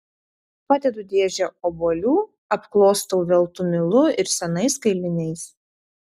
padedu dėžę obuolių apklostau veltu milu ir senais kailiniais